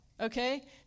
Okay